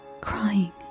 crying